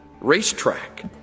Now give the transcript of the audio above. racetrack